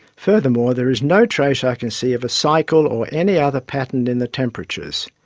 furthermore, there is no trace i can see of a cycle or any other pattern in the temperatures.